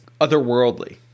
otherworldly